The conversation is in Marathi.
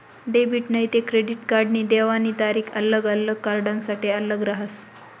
डेबिट नैते क्रेडिट कार्डनी देवानी तारीख आल्लग आल्लग कार्डसनासाठे आल्लग रहास